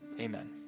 amen